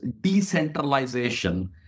decentralization